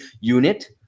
unit